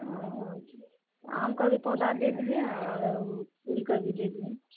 आमके भी पौधा दए दिहऽ आओर ओ फूलकेँ भी दए दिहे